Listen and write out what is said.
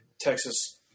Texas